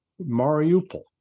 Mariupol